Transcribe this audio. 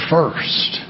First